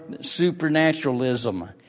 supernaturalism